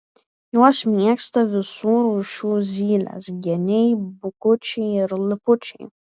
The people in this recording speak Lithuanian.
juos mėgsta visų rūšių zylės geniai bukučiai ir lipučiai